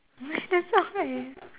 that's okay